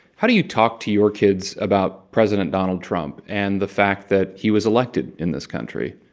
how do you talk to your kids about president donald trump and the fact that he was elected in this country?